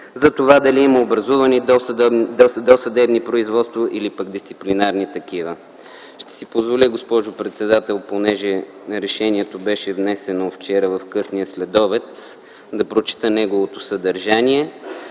за това дали има образувани досъдебни производства или пък дисциплинарни такива. Ще си позволя, госпожо председател, понеже решението беше внесено вчера в късния следобед, да прочета неговото съдържание: